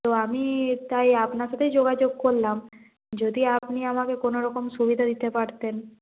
তো আমি তাই আপনার সাথেই যোগাযোগ করলাম যদি আপনি আমাকে কোনো রকম সুবিধা দিতে পারতেন